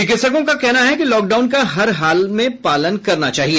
चिकित्सकों का कहना है कि लॉकडाउन का हर हाल में पालन करना चाहिए